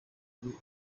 muri